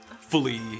fully